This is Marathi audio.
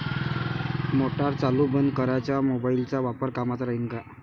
मोटार चालू बंद कराच मोबाईलचा वापर कामाचा राहीन का?